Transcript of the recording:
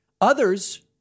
Others